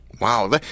Wow